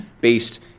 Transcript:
based